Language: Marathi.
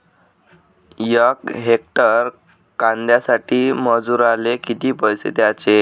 यक हेक्टर कांद्यासाठी मजूराले किती पैसे द्याचे?